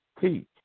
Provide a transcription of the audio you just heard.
teach